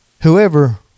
whoever